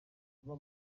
aba